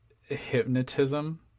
hypnotism